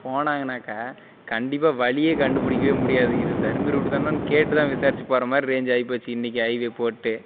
போனாங்கன்னாக்கா கண்டிப்பாக வழியே கண்டுபிடிக்கவே முடியாது இது தருமபுரி ரூட்டு தானான்னு கேட்டு தான் விசாரிச்சு போகிற மாதிரி ரேஞ்ச் ஆகிப்போச்சு இன்னைக்கு ஹைவே போட்டு